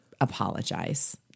apologize